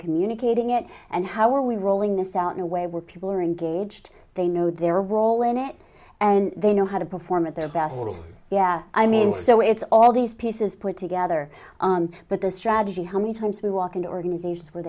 communicating it and how are we rolling this out in a way where people are engaged they know their role in it and they know how to perform at their best yeah i mean so it's all these pieces put together but the strategy how many times we walk into organizations where